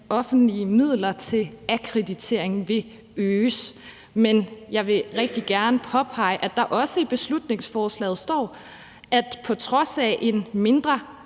offentlige midler til akkreditering ville øges, men jeg vil rigtig gerne påpege, at der også i beslutningsforslaget står, at det på trods af en mindre